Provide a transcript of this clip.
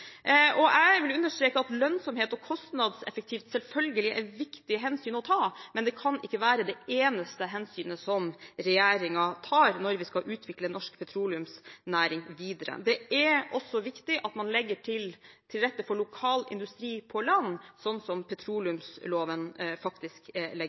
Jeg vil understreke at lønnsomhet og kostnadseffektivitet selvfølgelig er viktige hensyn å ta, men det kan ikke være det eneste hensynet som regjeringen tar når vi skal utvikle norsk petroleumsnæring videre. Det er også viktig at man legger til rette for lokal industri på land, slik som petroleumsloven faktisk legger